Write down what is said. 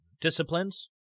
disciplines